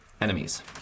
enemies